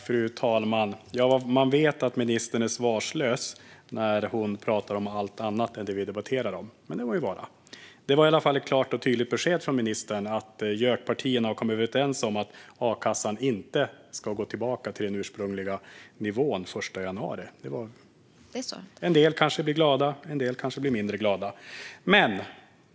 Fru talman! Man vet att ministern är svarslös när hon talar om allt annat än det vi debatterar om. Men det må så vara. Det var i varje fall ett klart och tydligt besked från ministern. JÖK-partierna har kommit överens om att a-kassan inte ska gå tillbaka till den ursprungliga nivån den 1 januari. En del kanske blir glada, en del kanske blir mindre glada.